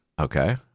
Okay